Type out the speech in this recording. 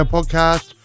Podcast